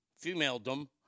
femaledom